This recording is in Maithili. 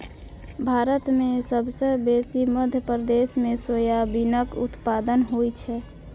भारत मे सबसँ बेसी मध्य प्रदेश मे सोयाबीनक उत्पादन होइ छै